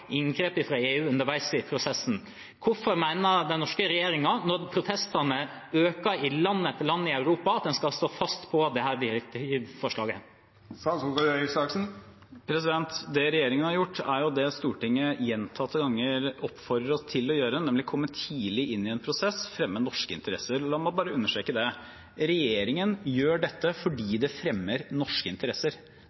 inngrep fra EU underveis i prosessen. Når protestene øker i land etter land i Europa, hvorfor mener den norske regjeringen at en skal stå fast ved dette direktivforslaget? Det regjeringen har gjort, er det Stortinget gjentatte ganger oppfordrer oss til å gjøre, nemlig å komme tidlig inn i en prosess og fremme norske interesser. La meg understreke det. Regjeringen gjør dette fordi